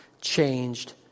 changed